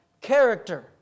character